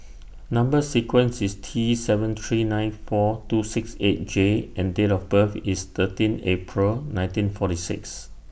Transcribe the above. Number sequence IS T seven three nine four two six eight J and Date of birth IS thirteen April nineteen forty six